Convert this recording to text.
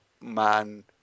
man